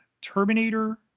Terminator